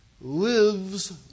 lives